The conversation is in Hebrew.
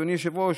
אדוני היושב-ראש.